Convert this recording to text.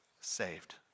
Saved